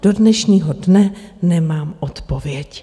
Do dnešního dne nemám odpověď.